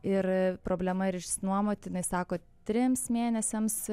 ir problema ir išsinuomoti jinai sako trims mėnesiams